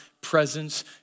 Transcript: presence